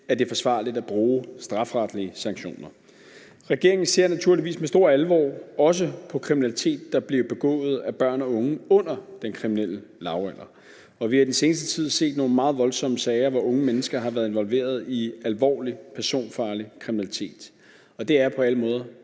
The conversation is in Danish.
at det er forsvarligt at bruge strafferetlige sanktioner. Regeringen ser naturligvis også med stor alvor på kriminalitet, der bliver begået af børn og unge under den kriminelle lavalder, og vi har i den seneste tid set nogle meget voldsomme sager, hvor unge mennesker har været involveret i alvorlig personfarlig kriminalitet. Det er på alle måder